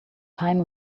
time